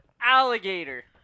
Alligator